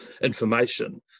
information